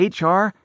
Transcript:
HR